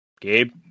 Gabe